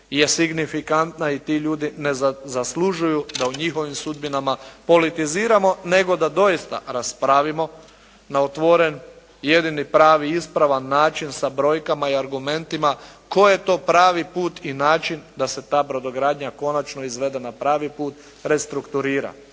je signifikantna i ti ljudi ne zaslužuju da o njihovim sudbinama politiziramo nego da doista raspravimo na otvoren jedini pravi i ispravan način sa brojkama i argumentima, koji je to pravi put i način da se ta brodogradnja konačno izvede na pravi put, restrukturira.